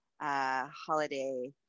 holiday